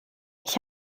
ich